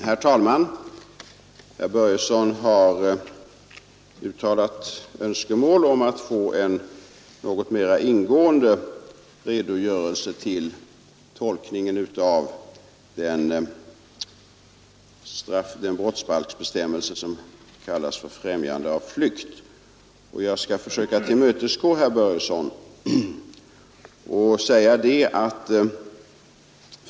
Herr talman! Herr Börjesson i Falköping har uttalat önskemål om att få en något mer ingående redogörelse för tolkningen av den brottsbalksbestämmelse som kallas främjande av flykt. Jag skall försöka tillmötesgå herr Börjesson.